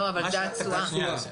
זאת התשואה.